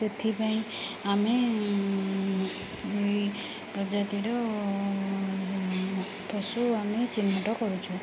ସେଥିପାଇଁ ଆମେ ଏ ପ୍ରଜାତିର ପଶୁ ଆମେ ଚିହ୍ନଟ କରୁଛୁ